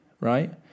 Right